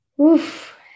Oof